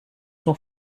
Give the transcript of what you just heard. son